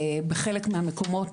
בחלק מהמקומות,